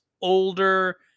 older